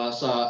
sa